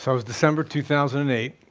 so was december two thousand and eight,